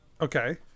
Okay